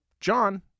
John